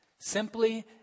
simply